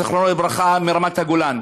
זיכרונו לברכה מרמת-הגולן.